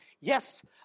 Yes